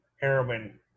heroin